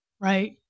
Right